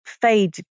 fade